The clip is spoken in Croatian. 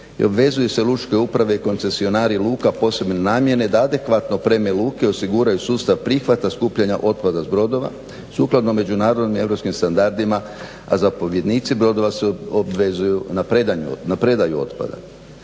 obvezuju se lučke uprave i koncesionari luka posebne namjene da adekvatno prema luke osiguraju sustav prihvata skupljanja otpada s brodova sukladno međunarodnim europskim standardima a zapovjednici brodova se obvezuju na predaju otpada.